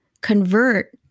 convert